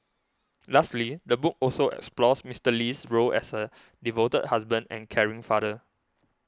lastly the book also explores Mister Lee's role as a devoted husband and caring father